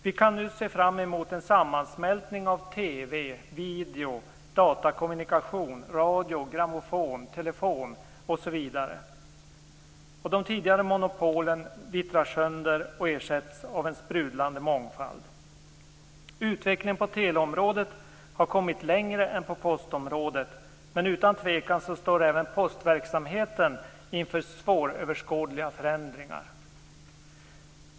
Vi kan nu se fram mot en sammansmältning av TV, video, datakommunikation, radio, grammofon, telefon osv. De tidigare monopolen vittrar sönder och ersätts av en sprudlande mångfald. Utvecklingen på teleområdet har kommit längre än på postområdet, men utan tvekan står även postverksamheten inför svåröverskådliga förändringar.